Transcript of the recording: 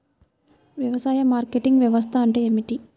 వ్యవసాయ మార్కెటింగ్ వ్యవస్థ అంటే ఏమిటి?